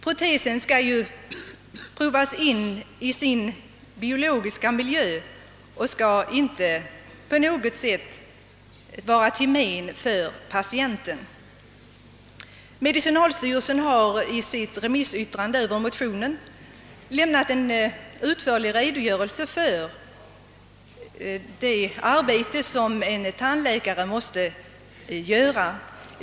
Protesen skall provas in i sin biologiska miljö och skall inte på något sätt vara till men för patienten. Medicinalstyrelsen har i sitt remissyttrande över motionen lämnat en utförlig redogörelse för det arbete som en tandläkare måste utföra.